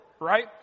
right